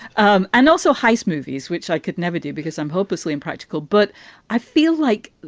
um and also heist movies, which i could never do because i'm hopelessly impractical. but i feel like.